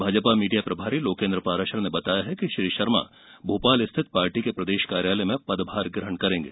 Bhajpa media प्रभारी लोकेन्द्र पाराशर ने बताया है कि श्री शर्मा भोपाल स्थित पार्टी के प्रदेश कार्यालय में पदभार ग्रहण करेंगे